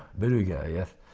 beluga, yes.